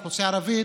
האוכלוסייה הערבית,